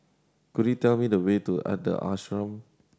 could you tell me the way to Ashram